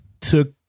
took